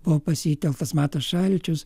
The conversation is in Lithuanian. buvo pasitelktas matas šalčius